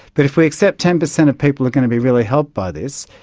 but if we accept ten percent of people are going to be really helped by this,